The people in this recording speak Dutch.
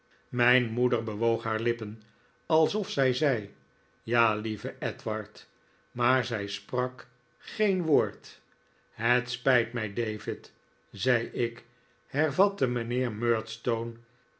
mijn moeder bewoog haar lippen alsof zij zei ja lieve edward maar zij sprak geen woord het spijt mij david zei ik hervatte mijnheer